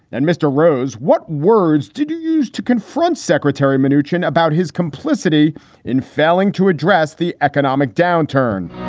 and mr. rose, what words did you use to confront secretary manoogian about his complicity in failing to address the economic downturn?